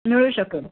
मिळू शकेल